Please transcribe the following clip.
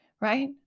right